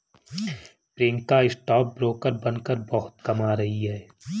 Priyanka stock broker बनकर बहुत कमा रही है